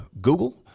google